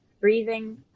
breathing